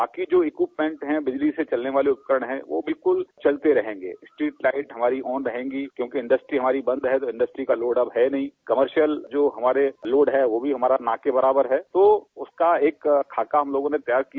बाकी जो इक्यूमेंट है बिजली से चलने वाले उपकरण है वह बिल्कुल चलते रहेंगे स्ट्रीट लाइट हमारी ऑन रहेंगी क्योकि इंडस्ट्री हमारी बंद है तो इंडस्ट्री का लोड अब है नहीं कामर्शियल जो हमारे लोड है वह भी हमारा न के बराबर है तो उसका एक खाका हम लोगों ने तैयार किया